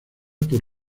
por